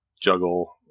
juggle